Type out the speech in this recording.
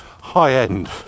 high-end